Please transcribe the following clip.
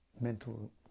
mental